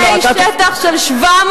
על פני שטח של 750,